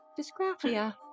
dysgraphia